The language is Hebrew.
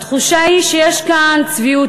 התחושה היא שיש כאן צביעות,